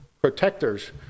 protectors